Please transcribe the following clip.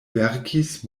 verkis